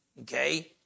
okay